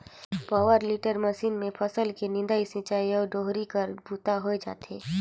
power tiller machine मे फसल के निंदई, सिंचई अउ डोहरी कर बूता होए जाथे